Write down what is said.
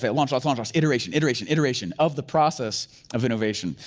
but launch, launch, iteration, iteration, iteration of the process of innovation.